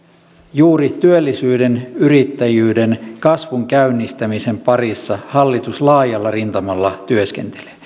juuri työllisyyden yrittäjyyden kasvun käynnistämisen parissa hallitus laajalla rintamalla työskentelee